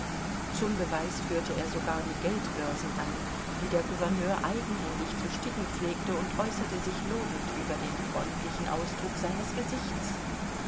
zum beweis führte er sogar die geldbörsen an die der gouverneur eigenhändig zu sticken pflegte und äußerte sich lobend über den freundlichen ausdruck seines gesichts